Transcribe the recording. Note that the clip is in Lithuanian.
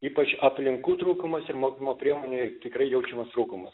ypač aplinkų trūkumas ir mokymo priemonių tikrai jaučiamas trūkumas